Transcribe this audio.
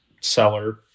seller